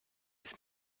his